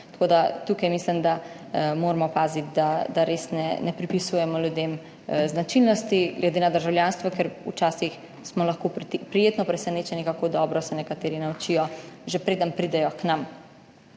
tukaj mislim, da moramo paziti, da res ne pripisujemo ljudem značilnosti glede na državljanstvo, ker včasih smo lahko prijetno presenečeni, kako dobro se nekateri naučijo, že preden pridejo k nam.